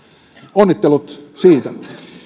onnittelut siitä